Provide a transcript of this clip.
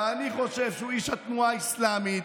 ואני חושב שהוא איש התנועה האסלאמית,